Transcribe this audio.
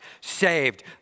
saved